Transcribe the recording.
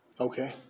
okay